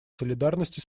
солидарности